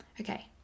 okay